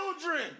children